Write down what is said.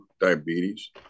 diabetes